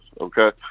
okay